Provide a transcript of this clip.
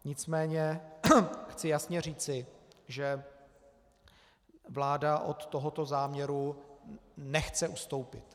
Nicméně chci jasně říci, že vláda od tohoto záměru nechce ustoupit.